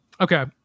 Okay